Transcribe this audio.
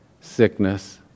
sickness